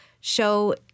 show